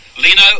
Lino